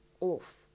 off